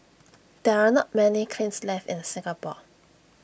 there are not many kilns left in Singapore